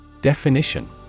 Definition